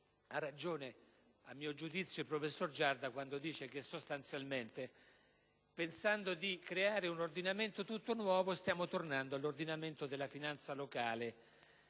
Ha ragione, a mio giudizio, il professor Giarda quando dice che, pensando di creare un ordinamento tutto nuovo, stiamo tornando all'ordinamento della finanza locale